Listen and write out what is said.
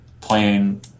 playing